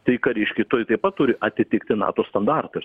tai kariškiai turi taip pat turi atitikti nato standartą